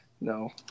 No